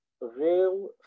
real